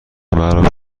مرا